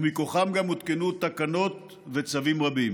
ומכוחם גם הותקנו תקנות וצווים רבים.